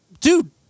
dude